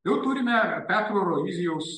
jau turime petro roizijaus